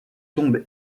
tombe